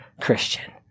Christian